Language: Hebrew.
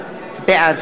וקשים.